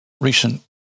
recent